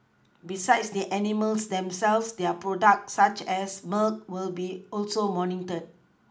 besides the animals themselves their products such as milk will also be monitored